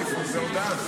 זו הודעה.